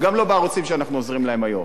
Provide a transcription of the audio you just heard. גם לא בערוצים שאנחנו עוזרים להם היום.